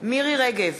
מירי רגב,